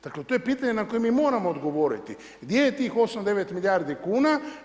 Dakle to je pitanje na koje mi moramo odgovoriti gdje je tih 8, 9 milijardi kuna.